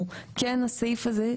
אנחנו כן עם הסעיף הזה,